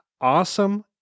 awesome